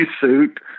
suit